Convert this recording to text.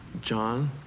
John